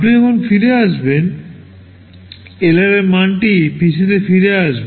আপনি যখন ফিরে আসবেন এলআর এর মানটি PCতে ফিরে আসবে